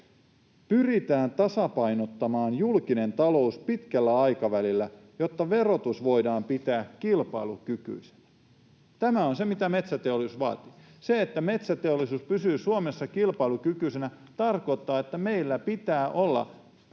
”Pyritään tasapainottamaan julkinen talous pitkällä aikavälillä, jotta verotus voidaan pitää kilpailukykyisenä.” Tämä on se, mitä metsäteollisuus vaatii. Se, että metsäteollisuus pysyy Suomessa kilpailukykyisenä, tarkoittaa, että meillä pitää olla